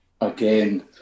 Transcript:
again